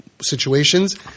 situations